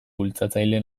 bultzatzaile